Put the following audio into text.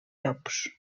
llops